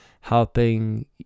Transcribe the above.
helping